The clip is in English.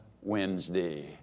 Wednesday